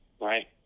right